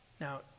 Now